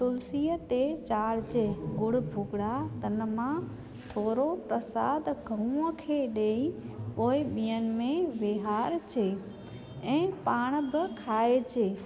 तुलसीअ ते चाढ़िजे ॻुड़ भुॻिड़ा त हुन मां थोरो प्रसाद गऊंअ खे ॾेई पोइ ॿियनि में विरिहाइजे ऐं पाण बि खाइजे